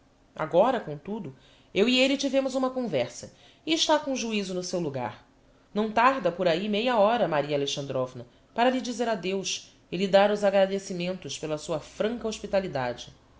agora comtudo eu e elle tivemos uma conversa e está com o juizo no seu logar não tarda por ahi meia hora maria alexandrovna para lhe dizer adeus e lhe dar os agradecimentos pela sua franca hospitalidade